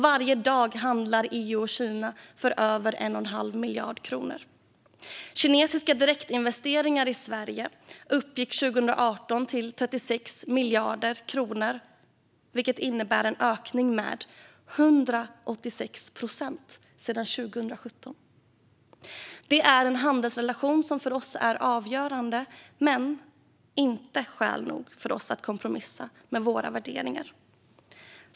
Varje dag handlar EU och Kina med varandra för över 1 1⁄2 miljard kronor. Kinesiska direktinvesteringar i Sverige uppgick 2018 till 36 miljarder kronor, vilket innebar en ökning med 186 procent sedan 2017. Det är en handelsrelation som för oss är avgörande men inte skäl nog för oss att kompromissa med våra värderingar.